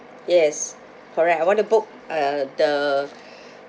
yes correct I want to book uh the